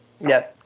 Yes